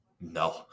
No